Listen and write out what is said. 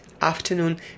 afternoon